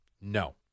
no